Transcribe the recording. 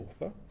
author